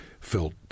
Felt